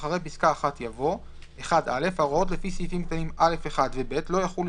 אחרי פסקה (1) יבוא; "(1א)ההוראות לפי סעיפים קטנים (א1) ו-(ב) לא יחולו